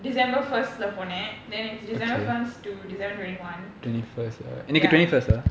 december first lah போனேன்:ponen then it's december first to december twenty one ya